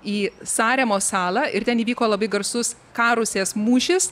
į saremos salą ir ten įvyko labai garsus karusės mūšis